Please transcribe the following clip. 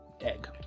egg